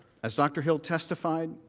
as dr. hill testified,